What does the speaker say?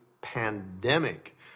pandemic